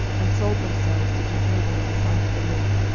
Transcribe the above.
and sold themselves to do evil in the sight of the lord,